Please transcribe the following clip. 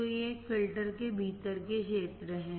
तो ये एक फिल्टर के भीतर के क्षेत्र हैं